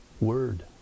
word